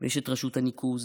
ויש את רשות הניקוז,